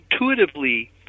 intuitively